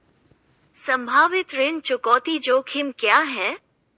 संभावित ऋण चुकौती जोखिम क्या हैं?